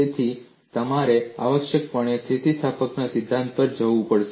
તેથી તમારે આવશ્યકપણે સ્થિતિસ્થાપકતાના સિદ્ધાંત પર જવું પડશે